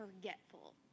forgetful